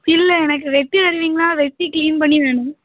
இல்லை எனக்கு வெட்டி தருவீங்களா வெட்டி கிளீன் பண்ணி வேணும்